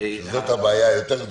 --- זאת הבעיה היותר גדולה.